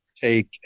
take